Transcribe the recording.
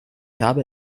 habe